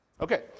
Okay